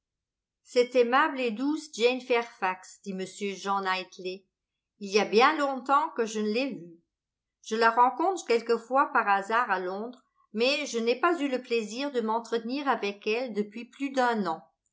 cette aimable et douce jane fairfax dit m jean knightley il y a bien longtemps que je ne l'ai vue je la rencontre quelquefois par hasard à londres mais je n'ai pas eu le plaisir de m'entretenir avec elle depuis plus d'un an